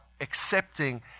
accepting